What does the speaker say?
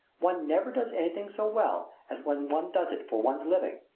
one never does anything so well as when one does it for one's living.